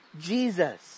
Jesus